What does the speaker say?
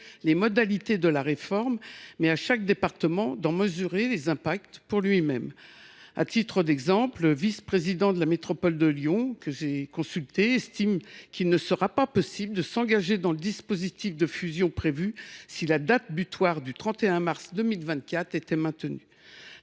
les modalités de la réforme, mais à chaque département d’en mesurer les impacts pour lui même. À titre d’exemple, le vice président de la métropole de Lyon, que j’ai consulté, estime qu’il ne sera pas possible pour sa collectivité de s’engager dans le dispositif de fusion prévu si la date butoir du 31 mars 2024 est maintenue.